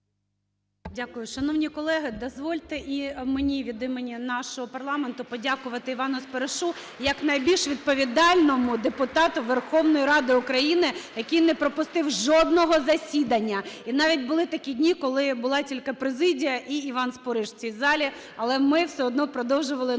Дякую. Шановні колеги, дозвольте і мені від імені нашого парламенту подякувати Івану Споришу як найбільш відповідальному депутату Верховної Ради України, який не пропустив жодного засідання. І навіть були такі дні, коли була тільки президія і Іван Спориш в цій залі. Але ми все одно продовжували нашу